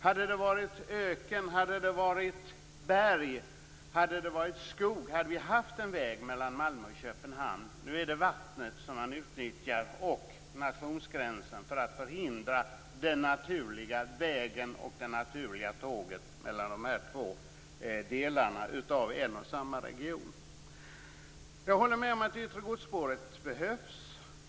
Om det hade varit fråga om öken, berg eller skog, skulle vi ha haft en väg mellan Malmö och Köpenhamn. Men nu är det vattnet och nationsgränsen som utnyttjas för att förhindra den naturliga vägen och det naturliga tåget mellan två delar i en och samma region. Jag håller med om att det yttre godsspåret behövs.